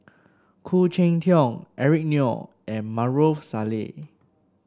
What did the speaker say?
Khoo Cheng Tiong Eric Neo and Maarof Salleh